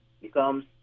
becomes